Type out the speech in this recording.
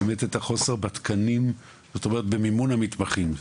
חוסר בתקנים, זאת אומרת במימון המתמחים.